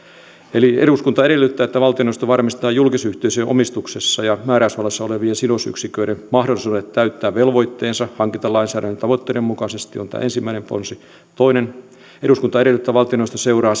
eduskunta edellyttää että valtioneuvosto varmistaa julkisyhteisöjen omistuksessa tai määräysvallassa olevien sidosyksiköiden mahdollisuudet täyttää velvoitteensa hankintalainsäädännön tavoitteiden mukaisella tavalla tämä on tämä ensimmäinen ponsi toinen eduskunta edellyttää että valtioneuvosto seuraa